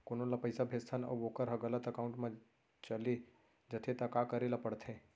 कोनो ला पइसा भेजथन अऊ वोकर ह गलत एकाउंट में चले जथे त का करे ला पड़थे?